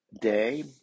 Day